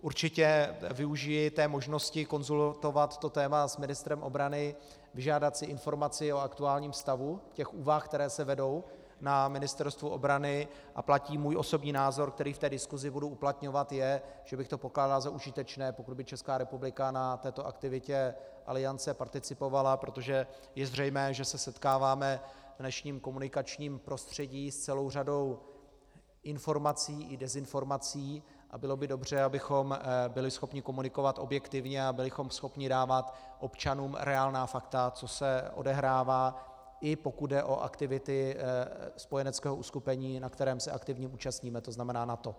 Určitě využiji té možnosti konzultovat to téma s ministrem obrany, vyžádat si informaci o aktuálním stavu těch úvah, které se vedou na Ministerstvu obrany, a pak i můj osobní názor, který v té diskusi budu uplatňovat, je, že bych to pokládal za užitečné, pokud by Česká republika na této aktivitě Aliance participovala, protože je zřejmé, že se setkáváme v dnešním komunikačním prostředí s celou řadou informací i dezinformací a bylo by dobře, abychom byli schopni komunikovat objektivně a byli schopni dávat občanům reálná fakta, co se odehrává, i pokud jde o aktivity spojeneckého uskupení, na kterém se aktivně účastníme, to znamená NATO.